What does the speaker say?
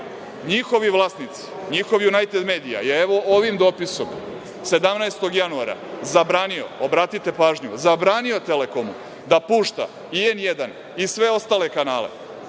njihovi vlasnici, njihova „Junajted medija“, evo, ovim dopisom 17. januara zabranio, obratite pažnju, zabranio „Telekomu“ da pušta i „N1“ i sve ostale kanale.